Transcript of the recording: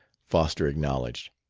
foster acknowledged.